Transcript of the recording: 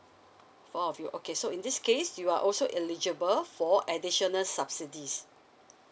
four of you okay so in this case you are also eligible for additional subsidies